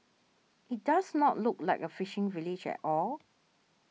it does not look like a fishing village at all